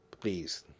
please